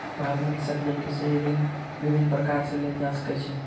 भारत में कृषकक लेल कृषि ऋण विभिन्न प्रकार सॅ लेल जा सकै छै